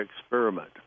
experiment